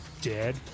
dead